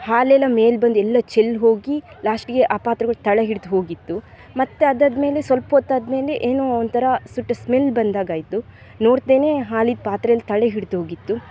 ಹಾಲೆಲ್ಲ ಮೇಲೆ ಬಂದು ಎಲ್ಲ ಚೆಲ್ಲಿ ಹೋಗಿ ಲಾಸ್ಟಿಗೆ ಆ ಪಾತ್ರೆಗಳು ತಳ ಹಿಡಿದೋಗಿತ್ತು ಮತ್ತು ಅದಾದಮೇಲೆ ಸ್ವಲ್ಪ ಹೊತ್ತಾದಮೇಲೆ ಏನೋ ಒಂಥರ ಸುಟ್ಟ ಸ್ಮೆಲ್ ಬಂದಾಗಾಯಿತು ನೋಡ್ತೇನೆ ಹಾಲಿಂದ್ ಪಾತ್ರೆಯಲ್ಲ ತಳ ಹಿಡಿದೋಗಿತ್ತು